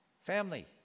Family